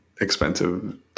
expensive